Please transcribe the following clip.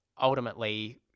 ultimately